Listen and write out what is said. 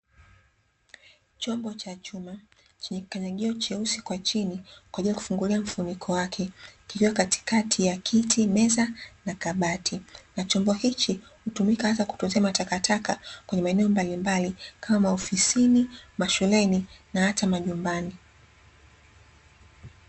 Chombo cha chuma, chenye kikanyagio cheusi kwa chini kwa ajili ya kufungulia mfuniko wake, kikiwa katikati ya kiti, meza na kabati, na chombo hichi hutumika hasa kutunzia matakataka kwenye maeneo mbalimbali, kama; ofisini, mashuleni na hata majumbani.